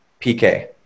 PK